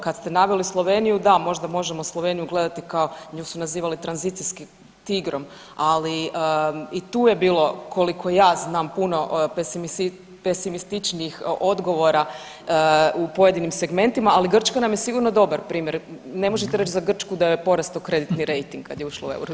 Kad ste naveli Sloveniju, da možda možemo Sloveniju gledati kao, nju su nazivali tranzicijskim tigrom, ali i tu je bilo koliko ja znam puno pesimističnijih odgovora u pojedinim segmentima, ali Grčka nam je sigurno dobar primjer, ne možete reći za Grčku da joj je porastao kreditni rejting kad je ušla u Eurozonu.